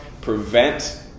prevent